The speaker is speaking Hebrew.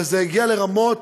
זה הגיע לרמות,